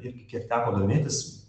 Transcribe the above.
irgi kiek teko domėtis